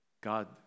God